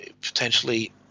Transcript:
potentially